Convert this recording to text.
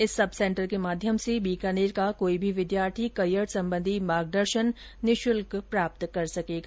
इस सबसेन्टर के माध्यम से बीकानेर का कोई भी विद्यार्थी करियर संबंधी मार्गदर्शन निःशुल्क प्राप्त कर सकेगा